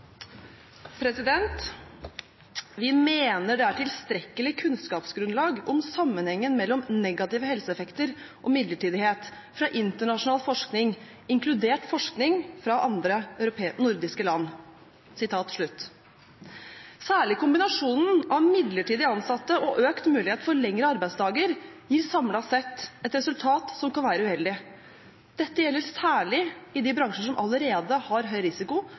Vi mener det er tilstrekkelig kunnskapsgrunnlag om sammenhengen mellom negative helseeffekter og midlertidighet fra internasjonal forskning, inkludert forskning fra andre nordiske land. Sitat slutt. Særlig kombinasjonen av midlertidige ansatte og økt mulighet for lengre arbeidsdager gir samlet sett et resultat som kan være uheldig. Dette gjelder særlig i de bransjer som allerede har høy risiko